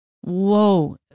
Whoa